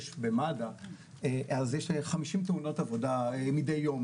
יש 50 תאונות עבודה מידי יום